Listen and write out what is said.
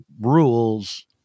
rules